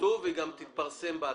כתוב, והיא גם תתפרסם באתר.